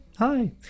Hi